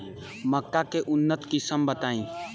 मक्का के उन्नत किस्म बताई?